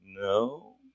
no